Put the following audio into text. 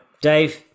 Dave